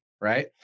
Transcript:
right